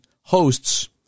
hosts